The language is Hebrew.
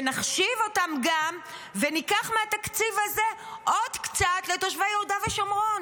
ונחשיב אותם גם וניקח מהתקציב הזה עוד קצת לתושבי יהודה ושומרון.